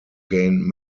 gain